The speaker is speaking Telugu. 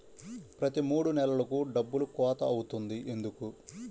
ప్రతి మూడు నెలలకు డబ్బులు కోత అవుతుంది ఎందుకు?